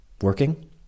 working